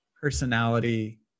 personality